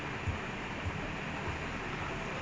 like you can do as many as you want